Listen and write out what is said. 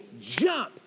jump